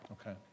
Okay